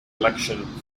election